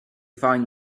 find